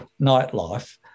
nightlife